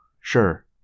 sure